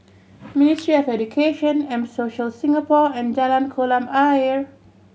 ministry of Education M Social Singapore and Jalan Kolam Ayer